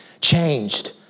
Changed